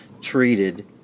treated